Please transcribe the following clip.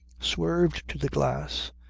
swerved to the glass,